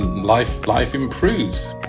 life life improves